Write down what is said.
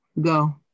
go